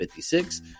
56